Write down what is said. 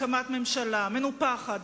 הקמת ממשלה מנופחת,